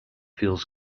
feels